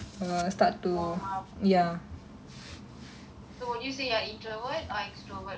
warm up so would you say you are introvert extrovert or middle